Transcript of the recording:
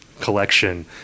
collection